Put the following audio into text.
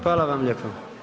Hvala vam lijepo.